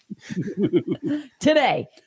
today